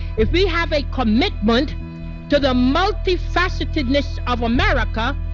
if we have a commitment to the multifacetedness of america,